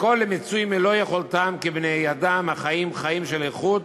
והכול למיצוי מלוא יכולתם כבני-אדם החיים חיים של איכות